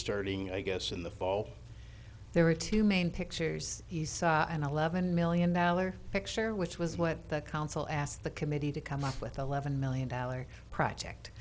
starting i guess in the fall there were two main pictures he saw an eleven million dollar picture which was what the council asked the committee to come up with eleven million dollar project